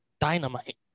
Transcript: Dynamite